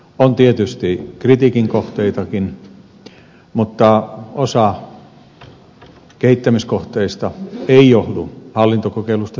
on tietysti kritiikin kohteitakin mutta osa kehittämiskohteista ei johdu hallintokokeilusta sinänsä